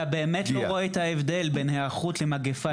אתה באמת לא רואה את ההבדל בין היערכות למגפה,